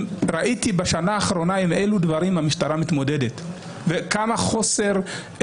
בשנה האחרונה ראיתי עם אילו דברים המשטרה מתמודדת וכמה כלים חסרים לה,